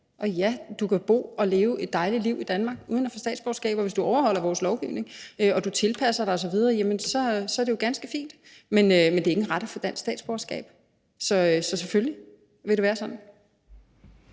og ja, du kan bo og leve et dejligt liv i Danmark uden at få statsborgerskab, og hvis du overholder vores lovgivning, tilpasser dig osv., er det jo ganske fint. Men det er ikke en ret at få dansk statsborgerskab, så selvfølgelig vil det være sådan.